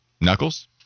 Knuckles